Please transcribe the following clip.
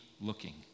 looking